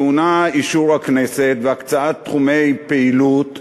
טעונה אישור הכנסת והקצאת תחומי פעילות,